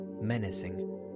menacing